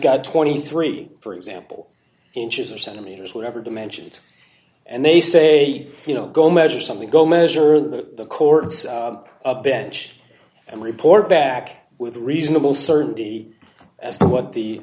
got twenty three dollars for example inches or centimeters whatever dimensions and they say you know go measure something go measure the courts bench and report back with reasonable certainty as to what the